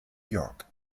york